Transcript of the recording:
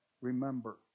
Remember